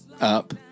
up